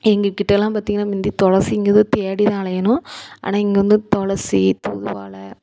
எங்கக்கிட்டயெலாம் பார்த்தீங்கன்னா முந்தி தொளசிங்கிறது தேடிதான் அலையணும் ஆனால் இங்கே வந்து துளசி பூவால்